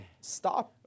Stop